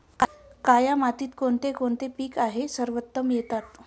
काया मातीत कोणते कोणते पीक आहे सर्वोत्तम येतात?